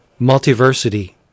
Multiversity